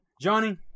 Johnny